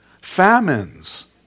Famines